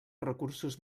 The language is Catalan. recursos